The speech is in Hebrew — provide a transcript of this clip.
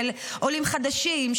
של עולים חדשים,